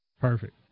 Perfect